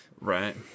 right